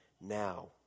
now